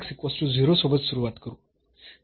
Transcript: तर पुन्हा या सोबत सुरुवात करू